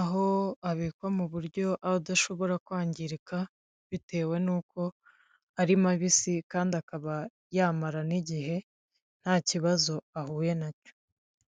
aho abikwa mu buryo aba adashobora kwangirika bitewe n'uko ari mabisi kandi akaba yamara n'igihe, nta kibazo ahuye na cyo.